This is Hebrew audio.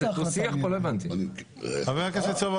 התייחסות --- חבר הכנסת סובה,